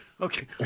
Okay